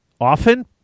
often